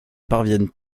parviennent